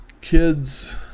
kids